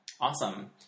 awesome